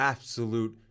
Absolute